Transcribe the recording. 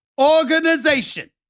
organization